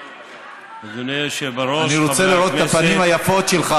אני רוצה לראות את הפנים היפות שלך,